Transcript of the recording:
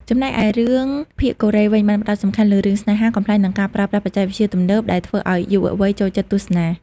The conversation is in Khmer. ចំណែកឯរឿងភាគកូរ៉េវិញបានផ្តោតសំខាន់លើរឿងស្នេហា កំប្លែង និងការប្រើប្រាស់បច្ចេកវិទ្យាទំនើបដែលធ្វើឲ្យយុវវ័យចូលចិត្តទស្សនា។